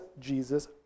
Jesus